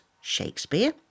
Shakespeare